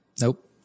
Nope